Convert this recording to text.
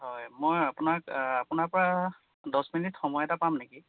হয় মই আপোনাক আপোনাৰপৰা দহ মিনিট সময় এটা পাম নেকি